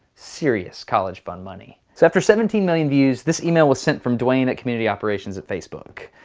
serious college fund money. so after seventeen million views, this email was sent from dwayne at community operations at facebook.